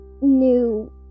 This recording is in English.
new